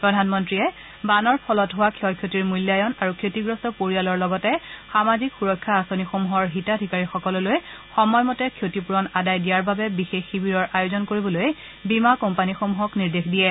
প্ৰধানমন্ত্ৰীয়ে বানৰ ফলত হোৱা ক্ষয়ক্ষতিৰ মূল্যায়ণ আৰু ক্ষতিগ্ৰস্ত পৰিয়ালৰ লগতে সামাজিক সুৰক্ষা আঁচনিসমূহৰ হিতাধিকাৰীসকললৈ সময় মতে ক্ষতিপুৰণ আদায় দিয়াৰ বাবে বিশেষ শিবিৰৰ আয়োজন কৰিবলৈ বীমা কোম্পানীসমূহক নিৰ্দেশ দিয়ে